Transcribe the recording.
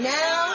now